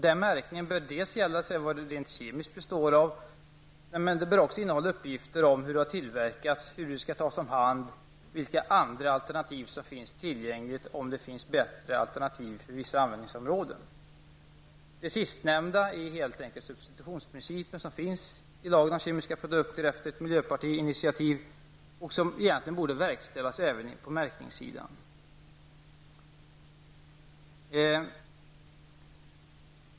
Den märkningen bör dels gälla vad varan eller produkten rent kemiskt består av, dels innehålla uppgifter om hur produkten har tillverkats, hur den skall tas om hand och vilka andra alternativ som finns tillgängliga för vissa användningsområden. Det sistnämnda är helt enkelt substitutionsprincipen, som finns i lagen om kemiska produkter efter ett miljöpartiinitiativ och som egentligen borde gälla även märkningssidan.